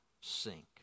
sink